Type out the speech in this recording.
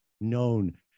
known